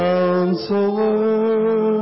Counselor